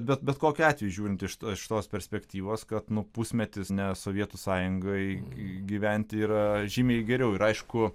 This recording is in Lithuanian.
bet bet kokiu atveju žiūrint iš šitos perspektyvos kad nu pusmetis ne sovietų sąjungoj gyventi yra žymiai geriau ir aišku